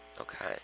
Okay